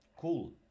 cool